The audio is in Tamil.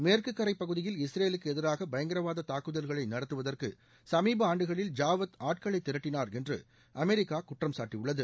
மேற்குக்கரை பகுதியில் இஸ்ரேலுக்கு எதிராக பயங்கரவாத தாக்குதல்களை நடத்துவதற்கு சமீப ஆண்டுகளில் ஜாவத் ஆட்களை திரட்டினார் என்று அமெரிக்கா குற்றம்சாட்டியுள்ளது